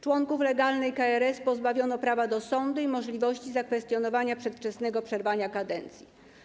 Członków legalnej KRS pozbawiono prawa do sądu i możliwości zakwestionowania przedwczesnego przerwania kadencji.